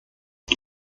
wir